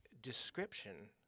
description